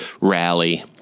rally